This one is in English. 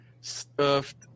stuffed